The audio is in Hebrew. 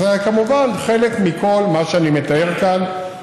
זה כמובן חלק מכל מה שאני מתאר כאן,